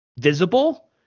visible